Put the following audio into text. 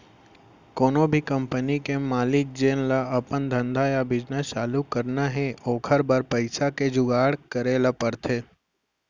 कोनो भी कंपनी के मालिक जेन ल अपन धंधा या बिजनेस चालू करना हे ओकर बर पइसा के जुगाड़ करे ल परथे